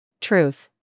truth